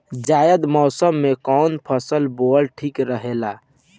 जायद मौसम में कउन फसल बोअल ठीक रहेला?